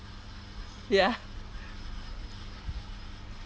ya